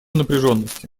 напряженности